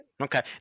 Okay